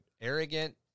Arrogant